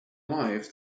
live